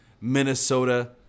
Minnesota